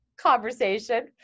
conversation